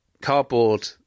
cardboard